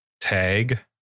tag